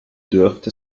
dürfte